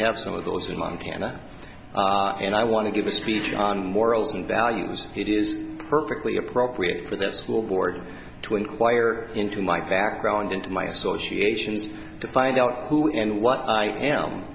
have some of those in montana and i want to give a speech on morals and values it is perfectly appropriate for the school board to inquire into my background and my associations to find out who and what i am